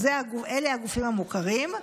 אלה הגופים המוכרים.